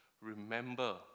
remember